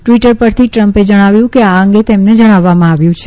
Twitter પરથી ટ્રમ્પે જણાવ્યું કે આ અંગે તેમને જણાવવામાં આવ્યું છે